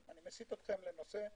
אני מסיט אתכם לנושא חשוב,